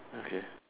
okay